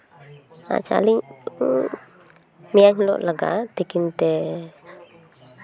ᱟᱪᱪᱷᱟ ᱟᱹᱞᱤᱧ ᱢᱮᱭᱟᱝ ᱦᱤᱞᱳᱜ ᱞᱟᱜᱟᱜᱼᱟ ᱛᱤᱠᱤᱱ ᱛᱮ